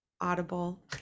audible